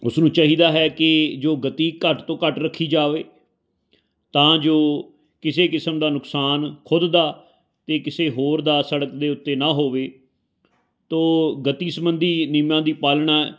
ਉਸਨੂੰ ਚਾਹੀਦਾ ਹੈ ਕਿ ਜੋ ਗਤੀ ਘੱਟ ਤੋਂ ਘੱਟ ਰੱਖੀ ਜਾਵੇ ਤਾਂ ਜੋ ਕਿਸੇ ਕਿਸਮ ਦਾ ਨੁਕਸਾਨ ਖੁਦ ਦਾ ਅਤੇ ਕਿਸੇ ਹੋਰ ਦਾ ਸੜਕ ਦੇ ਉੱਤੇ ਨਾ ਹੋਵੇ ਸੋ ਗਤੀ ਸੰਬੰਧੀ ਨਿਯਮਾਂ ਦੀ ਪਾਲਣਾ